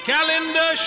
Calendar